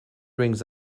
rings